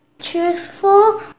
truthful